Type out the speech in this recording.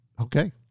Okay